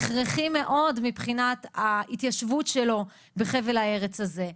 הכרחי מאוד מבחינת ההתיישבות שלו בחבל הארץ הזה.